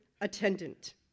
attendant